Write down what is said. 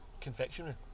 confectionery